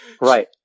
right